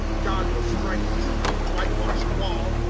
god will strike you, you white-washed wall!